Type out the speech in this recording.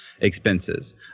expenses